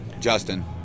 Justin